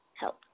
help